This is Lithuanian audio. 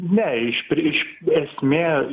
ne iš pri iš esmė